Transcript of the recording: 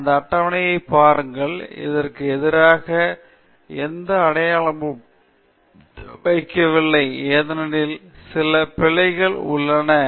எனவே உதாரணமாக இந்த அட்டவணையைப் பாருங்கள் இதற்கு எதிராக எந்த அடையாளமும் வைக்கவில்லை ஏனெனில் சில பிழைகள் உள்ளன